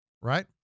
Right